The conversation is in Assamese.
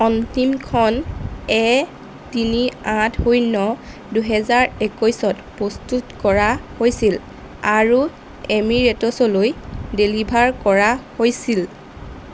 অন্তিমখন এ তিনি আঠ শূন্য দুহেজাৰ একৈছত প্ৰস্তুত কৰা হৈছিল আৰু এমিৰেটছলৈ ডেলিভাৰ কৰা হৈছিল